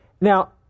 Now